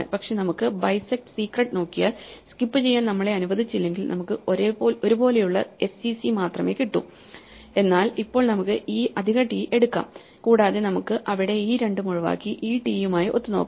പക്ഷേ നമുക്ക് bisect secret നോക്കിയാൽ സ്കിപ് ചെയ്യാൻ നമ്മളെ അനുവദിച്ചില്ലെങ്കിൽ നമുക്ക് ഒരുപോലെയുള്ള sec മാത്രമേ കിട്ടു എന്നാൽ ഇപ്പോൾ നമുക്ക് ഈ അധിക ടി എടുക്കാം കൂടാതെ നമുക്ക് അവിടെ ഈ രണ്ടും ഒഴിവാക്കി ഈ ടി യുമായി ഒത്തു നോക്കാം